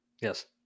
Yes